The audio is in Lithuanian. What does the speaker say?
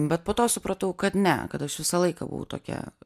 bet po to supratau kad ne kad aš visą laiką buvau tokia